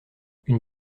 une